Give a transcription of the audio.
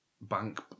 bank